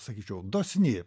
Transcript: sakyčiau dosni